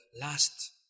last